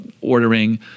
ordering